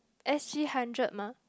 s_g hundred mah